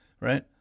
right